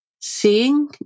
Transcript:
seeing